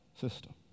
system